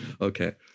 okay